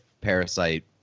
Parasite